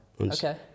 okay